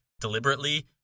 deliberately